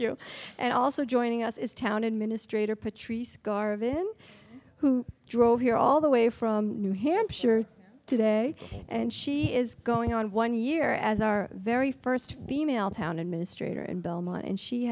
you and also joining us is town administrator patrice garvin who drove here all the way from new hampshire today and she is going on one year as our very first female town administrator in belmont and she